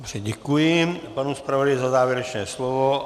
Dobře, děkuji panu zpravodaji za závěrečné slovo.